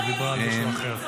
היא דיברה על מישהו אחר.